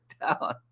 down